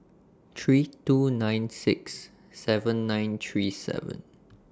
three two nine six seven nine three seven